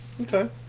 Okay